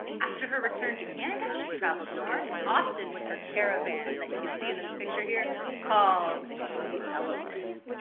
after her return to canada, she travelled north, often with her caravan that you can see in this picture here called the elephant.